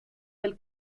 del